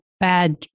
bad